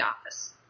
office